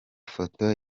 foto